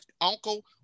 uncle